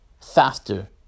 Faster